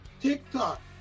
TikTok